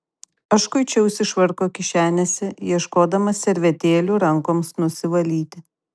aš kuičiausi švarko kišenėse ieškodamas servetėlių rankoms nusivalyti